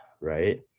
right